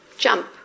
jump